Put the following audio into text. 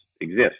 exist